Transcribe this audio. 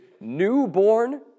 newborn